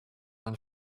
and